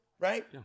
Right